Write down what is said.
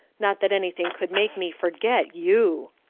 not that anything could make me forget you!